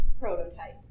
prototype